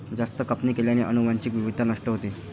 जास्त कापणी केल्याने अनुवांशिक विविधता नष्ट होते